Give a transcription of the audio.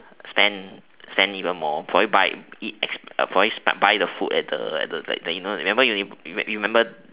spend spend even more probably buy eat at probably buy the food at the you know you remember your name you remember